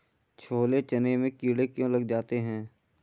छोले चने में कीड़े क्यो लग जाते हैं?